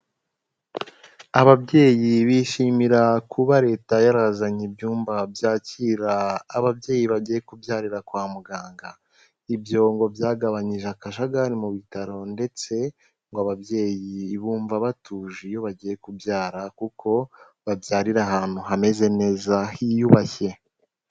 Ababyeyi bishimira kuba leta yarazanye ibyumba byakira ababyeyi bagiye kubyarira kwa muganga. Ibyo ngo byagabanyije akajagari mu bitaro ndetse ngo ababyeyi bumva batuje iyo bagiye kubyara kuko babyarira ahantu hameze neza hiyubashye.